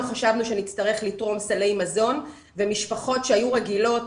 חשבנו שנצטרך לתרום סלי מזון למשפחות שהיו רגילות